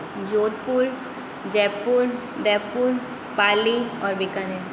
जोधपुर जयपुर उदयपुर पाली और बीकानेर